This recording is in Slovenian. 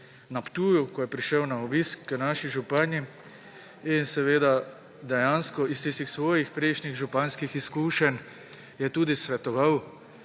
na Ptuju, ko je prišel na obisk k naši županji, in dejansko iz tistih svojih prejšnjih županskih izkušenj je tudi svetoval,